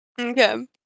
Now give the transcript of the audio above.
Okay